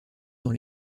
dans